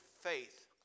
faith